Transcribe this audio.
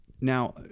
Now